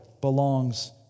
belongs